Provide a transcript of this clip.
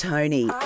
Tony